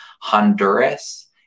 Honduras